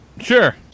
Sure